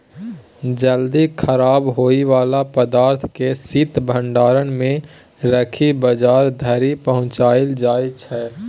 जल्दी खराब होइ बला पदार्थ केँ शीत भंडारण मे राखि बजार धरि पहुँचाएल जाइ छै